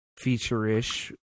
feature-ish